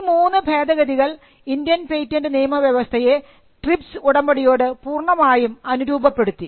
ഈ മൂന്നു ഭേദഗതികൾ ഇന്ത്യൻ പേറ്റന്റ് നിയമവ്യവസ്ഥയെ ട്രിപ്സ് ഉടമ്പടി യോട് പൂർണമായും അനുരൂപപ്പെടുത്തി